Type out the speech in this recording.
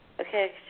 Okay